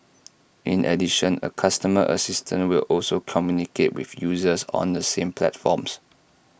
in addition A customer assistant will also communicate with users on the same platforms